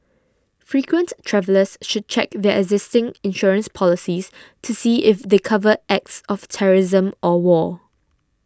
frequent travellers should check their existing insurance policies to see if they cover acts of terrorism or war